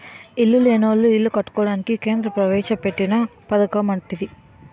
ఇల్లు లేనోళ్లు ఇల్లు కట్టుకోవడానికి కేంద్ర ప్రవేశపెట్టిన పధకమటిది